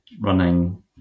running